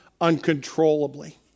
uncontrollably